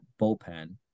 bullpen